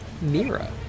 Mira